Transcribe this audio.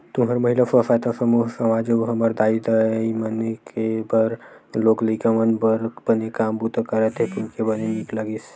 तुंहर महिला स्व सहायता समूह ह समाज अउ हमर दाई माई मन बर लोग लइका मन बर बने काम बूता करत हे सुन के बने नीक लगिस